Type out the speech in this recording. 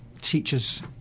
teachers